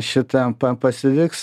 šita pasi pasiliks